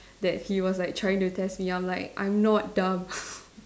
that he was like trying to test me I'm like I'm not dumb